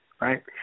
right